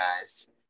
guys